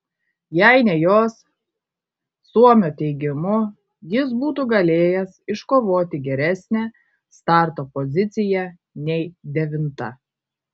jei ne jos suomio teigimu jis būtų galėjęs iškovoti geresnę starto poziciją nei devinta